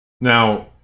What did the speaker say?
Now